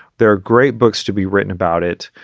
there are great books to be written about it.